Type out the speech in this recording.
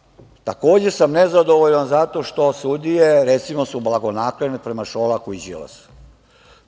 čine. Takođe sam nezadovoljan zato što su sudije recimo, blagonaklone prema Šolaku i Đilasu.